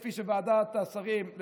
כפי שוועדת השרים החליטה,